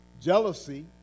jealousy